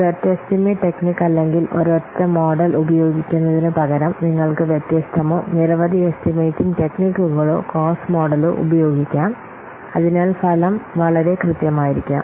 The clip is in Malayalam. ഒരൊറ്റ എസ്റ്റിമേറ്റ് ടെക്നിക് അല്ലെങ്കിൽ ഒരൊറ്റ മോഡൽ ഉപയോഗിക്കുന്നതിനുപകരം നിങ്ങൾക്ക് വ്യത്യസ്തമോ നിരവധി എസ്റ്റിമേറ്റിംഗ് ടെക്നിക്കുകളോ കോസ്റ്റ് മോഡലോ ഉപയോഗിക്കാം അതിനാൽ ഫലം വളരെ കൃത്യമായിരിക്കാം